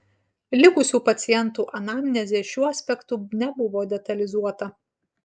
likusių pacientų anamnezė šiuo aspektu nebuvo detalizuota